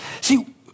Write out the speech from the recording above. See